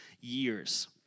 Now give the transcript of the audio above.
years